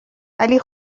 ولی